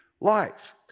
life